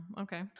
Okay